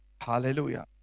hallelujah